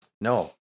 No